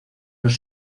los